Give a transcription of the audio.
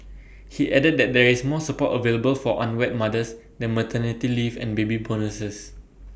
he added that there is more support available for unwed mothers than maternity leave and baby bonuses